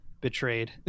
betrayed